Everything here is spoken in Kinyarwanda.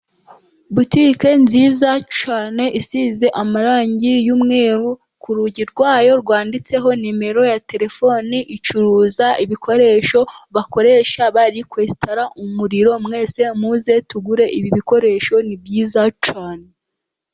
Butike nziza cyane isize amarangi y'umweru, ku rugi rwayo rwanditseho nimero ya terefone, icuruza ibikoresho bakoresha bari kwesitara umuriro mwese muze tugure ibi bikoresho ni byiza cyane.